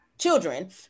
Children